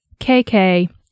KK